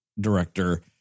director